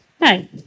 Hi